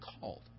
called